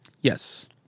Yes